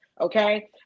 Okay